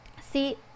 see